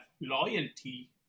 loyalty